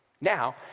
Now